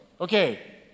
Okay